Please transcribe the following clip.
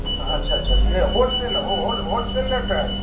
हाँ अच्छा अच्छा यह होलसेल होलसेल रेट है